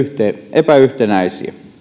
epäyhtenäisiä